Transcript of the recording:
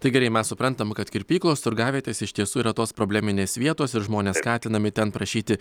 tai gerai mes suprantam kad kirpyklos turgavietės iš tiesų yra tos probleminės vietos ir žmonės skatinami ten prašyti